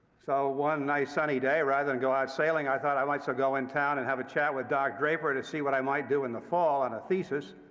so one nice, sunny day, rather than and go out sailing, i thought i might so go in town and have a chat with doc draper to see what i might do in the fall on a thesis